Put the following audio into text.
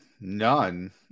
none